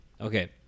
Okay